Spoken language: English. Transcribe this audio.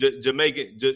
Jamaican